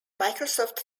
microsoft